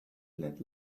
let